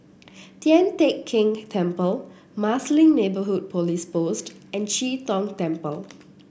Tian Teck Keng Temple Marsiling Neighbourhood Police Post and Chee Tong Temple